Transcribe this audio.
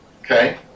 Okay